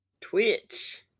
Twitch